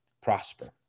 prosper